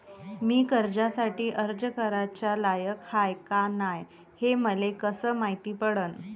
मी कर्जासाठी अर्ज कराचा लायक हाय का नाय हे मले कसं मायती पडन?